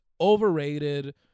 overrated